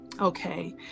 Okay